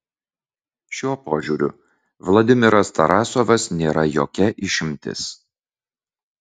šiuo požiūriu vladimiras tarasovas nėra jokia išimtis